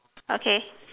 okay